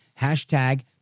hashtag